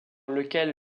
lequel